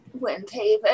Windhaven